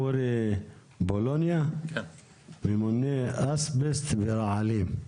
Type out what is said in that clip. אורי בולוניה, ממונה אסבסט ורעלים.